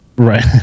Right